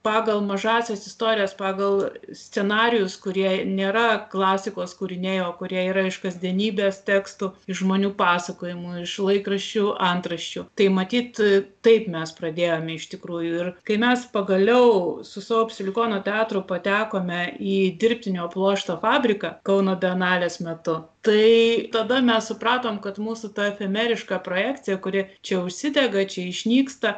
pagal mažąsias istorijas pagal scenarijus kurie nėra klasikos kūriniai o kurie yra iš kasdienybės tekstų iš žmonių pasakojimų iš laikraščių antraščių tai matyt taip mes pradėjome iš tikrųjų ir kai mes pagaliau su savo psilikono teatru patekome į dirbtinio pluošto fabriką kauno bienalės metu tai tada mes supratom kad mūsų ta efemeriška projekcija kuri čia užsidega čia išnyksta